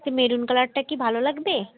তা মেরুন কালারটা কি ভালো লাগবে